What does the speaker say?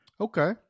okay